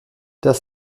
das